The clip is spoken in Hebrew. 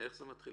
איך זה מתחיל?